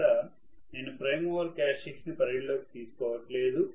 ఇక్కడ నేను prime mover characteristic ని పరిగణలోకి తీసుకోవట్లేదు